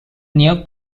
near